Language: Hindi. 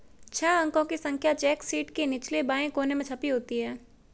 छह अंकों की संख्या चेक शीट के निचले बाएं कोने में छपी होती है